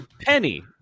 penny